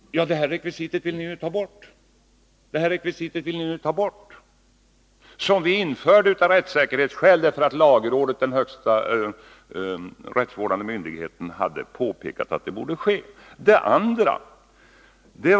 Det här rekvisitet — som vi införde av säkerhetsskäl därför att lagrådet, den högsta rättsvårdande myndigheten, hade påpekat att det borde ske — vill ni nu ta bort.